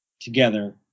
together